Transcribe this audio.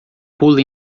pula